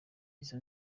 inzo